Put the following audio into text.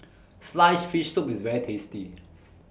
Sliced Fish Soup IS very tasty